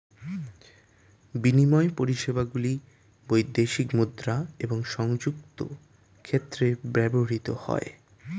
বিনিময় পরিষেবাগুলি বৈদেশিক মুদ্রা এবং সংযুক্ত ক্ষেত্রে ব্যবহৃত হয়